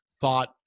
thought